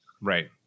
Right